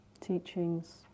Teachings